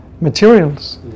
materials